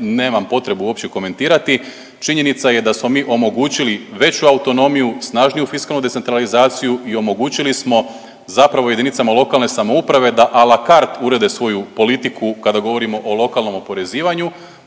nemam potrebu uopće komentirati. Činjenica je da smo mi omogućili veću autonomiju, snažniju fiskalnu decentralizaciju i omogućili smo zapravo jedinicama lokalne samouprave da a la cart urede svoju politiku kada govorimo o lokalnom oporezivanju